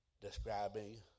describing